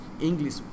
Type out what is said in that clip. English